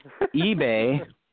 eBay